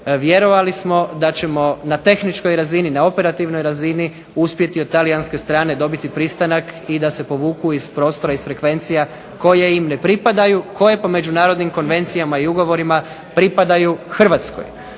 Vjerovali smo da ćemo na tehničkoj razini, na operativnoj razini uspjeti od talijanske strane dobiti pristanak i da se povuku iz prostora, iz frekvencija koje im ne pripadaju, koje po međunarodnim konvencijama i ugovorima pripadaju Hrvatskoj.